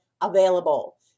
available